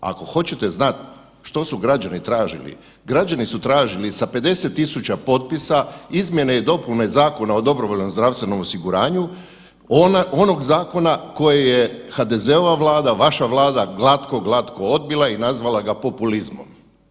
Ako hoćete znat što su građani tražili, građani su tražili sa 50 000 potpisa izmjene i dopune Zakona o dobrovoljnom zdravstvenom osiguranju, onog zakona koji je HDZ-ova Vlada, vaša Vlada, glatko, glatko odbila i nazvala ga populizmom.